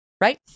Right